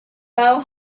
moe